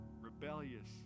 rebellious